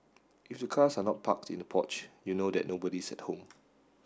if the cars are not parked in the porch you know that nobody's at home